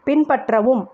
பின்பற்றவும்